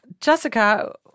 Jessica